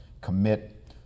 commit